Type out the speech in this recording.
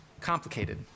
complicated